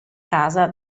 casa